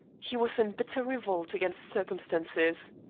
he was in bitter revolt against circumstances.